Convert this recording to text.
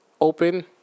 open